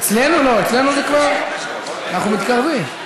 אצלנו לא, אנחנו מתקרבים.